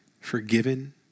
forgiven